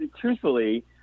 truthfully